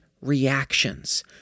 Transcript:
reactions